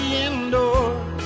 indoors